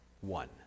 one